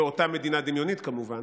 באותה מדינה דמיונית, כמובן,